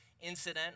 incident